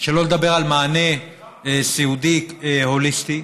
שלא לדבר על מענה סיעודי הוליסטי.